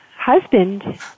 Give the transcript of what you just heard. husband